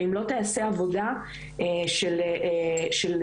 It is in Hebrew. ואם לא תיעשה עבודה של פרסום,